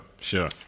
sure